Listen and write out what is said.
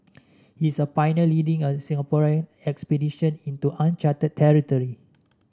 he's a pioneer leading a Singaporean expedition into uncharted territory